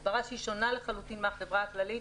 הסברה שהיא שונה לחלוטין מהחברה הכללית,